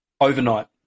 overnight